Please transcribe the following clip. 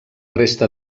resta